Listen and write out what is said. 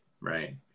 right